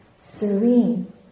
serene